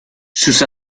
sus